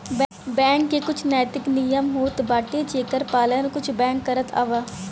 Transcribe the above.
bank के कुछ नैतिक नियम होत बाटे जेकर पालन कुछ बैंक करत हवअ